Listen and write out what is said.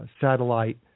satellite